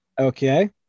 Okay